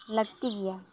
ᱞᱟᱹᱠᱛᱤ ᱜᱮᱭᱟ